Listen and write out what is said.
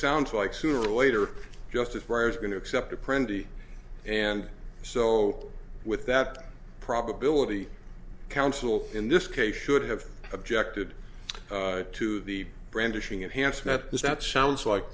sounds like sooner or later justice breyer is going to accept a pretty and so with that probability counsel in this case should have objected to the brandishing enhanced that this that sounds like